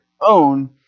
own